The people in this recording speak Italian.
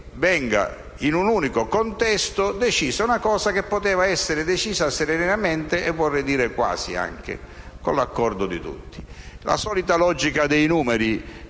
che in un unico contesto venga decisa una cosa che poteva essere decisa serenamente e - vorrei dire anche - quasi con l'accordo di tutti. La solita logica dei numeri